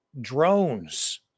drones